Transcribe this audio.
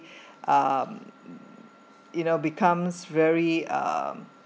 um you know becomes very um